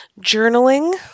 journaling